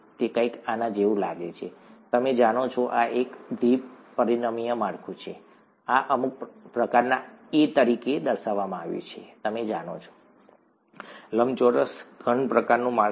તે કંઈક આના જેવું લાગે છે તમે જાણો છો આ એક દ્વિ પરિમાણીય માળખું છે આ અમુક પ્રકારના a તરીકે દર્શાવવામાં આવ્યું છે તમે જાણો છો લંબચોરસ ઘન પ્રકારનું માળખું